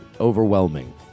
overwhelming